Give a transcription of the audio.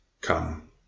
Come